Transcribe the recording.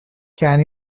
can